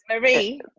Marie